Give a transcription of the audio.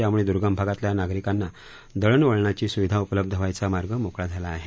यामुळे दुर्गम भागातल्या नागरिकांना दळणवळणाची स्विधा उपलब्ध व्हायचा मार्ग मोकळा झाला आहे